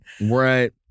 right